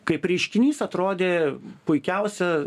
kaip reiškinys atrodė puikiausia